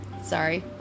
Sorry